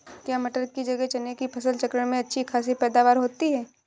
क्या मटर की जगह चने की फसल चक्रण में अच्छी खासी पैदावार होती है?